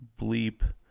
bleep